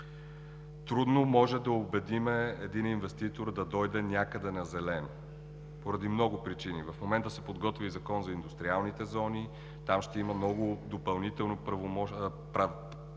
Трудно можем да убедим един инвеститор да дойде някъде на зелено поради много причини. В момента се подготвя и Закон за индустриалните зони. Там ще има много допълнителни и права,